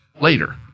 later